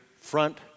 front